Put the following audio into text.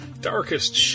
darkest